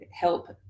help